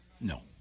No